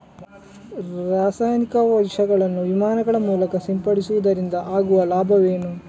ರಾಸಾಯನಿಕ ವಿಷಗಳನ್ನು ವಿಮಾನಗಳ ಮೂಲಕ ಸಿಂಪಡಿಸುವುದರಿಂದ ಆಗುವ ಲಾಭವೇನು?